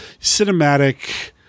cinematic